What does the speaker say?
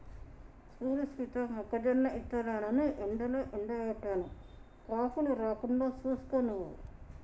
సూడు సీత మొక్కజొన్న ఇత్తనాలను ఎండలో ఎండబెట్టాను కాకులు రాకుండా సూసుకో నువ్వు